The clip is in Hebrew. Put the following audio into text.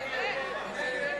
אין הפסקות צהריים.